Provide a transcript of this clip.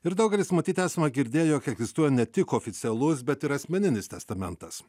ir daugelis matyt esame girdėję jog egzistuoja ne tik oficialus bet ir asmeninis testamentas